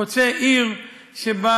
הוא חוצה עיר שבה,